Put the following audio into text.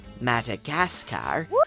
Madagascar